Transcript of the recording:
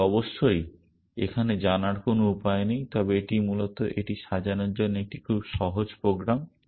তবে অবশ্যই এখানে জানার কোন উপায় নেই তবে এটি মূলত এটি সাজানোর জন্য একটি খুব সহজ প্রোগ্রাম